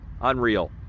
Unreal